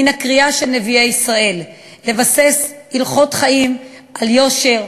מן הקריאה של נביאי ישראל לבסס הלכות חיים על יושר,